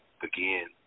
again